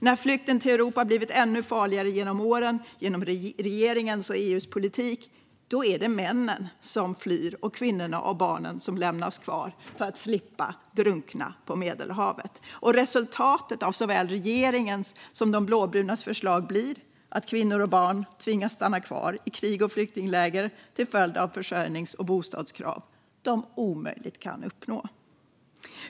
När flykten till Europa blivit ännu farligare genom åren, på grund av regeringens och EU:s politik, är det männen som har flytt medan kvinnorna och barnen har lämnats kvar - för att de ska slippa drunkna på Medelhavet. Resultatet av såväl regeringens som de blåbrunas förslag blir att kvinnor och barn tvingas stanna kvar i krig och flyktingläger till följd av försörjnings och bostadskrav som omöjligt kan uppfyllas.